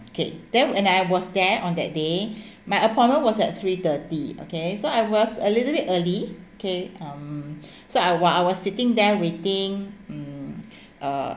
okay then when I was there on that day my appointment was at three thirty okay so I was a little bit early okay um so I while I was sitting there waiting mm uh